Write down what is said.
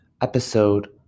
episode